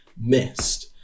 missed